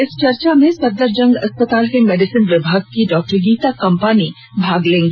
इस चर्चा में सफदरजंग अस्पताल के मेडिसिन विभाग की डॉ गीता कंपानी भाग लेंगी